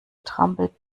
trampelt